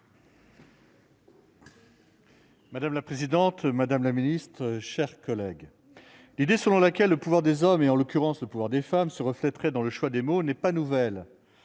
Madame la présidente, madame la secrétaire d'État, chers collègues, l'idée selon laquelle le pouvoir des hommes et, en l'occurrence, le pouvoir des femmes se refléteraient dans le choix des mots n'est pas nouvelle.